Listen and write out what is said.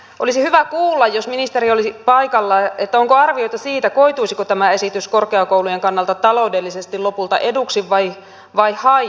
olisi hyvä kuulla jos ministeri olisi paikalla onko arvioita siitä koituisiko tämä esitys korkeakoulujen kannalta taloudellisesti lopulta eduksi vai haitaksi